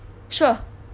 sure